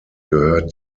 gehört